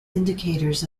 indicators